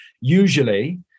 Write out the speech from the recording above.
usually